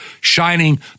shining